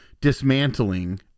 dismantling